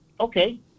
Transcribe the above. Okay